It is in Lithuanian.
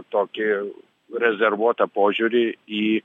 tokį rezervuotą požiūrį į